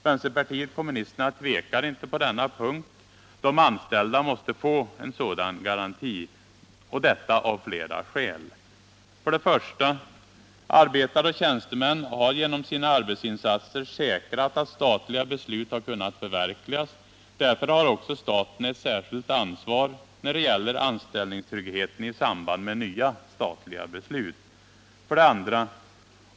Vänsterpartiet kommunisterna tvekar inte på denna punkt. De anställda måste få en sådan garanti, detta av flera skäl. 1. Arbetare och tjänstemän har genom sina arbetsinsatser säkrat att statliga beslut har kunnat förverkligas. Därför har också staten ett särskilt ansvar när det gäller anställningstryggheten i samband med nya statliga beslut. 2.